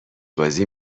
بازی